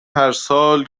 هرسال